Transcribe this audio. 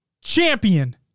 Champion